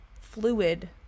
fluid